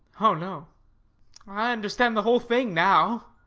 oh no i understand the whole thing now.